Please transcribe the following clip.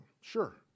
Sure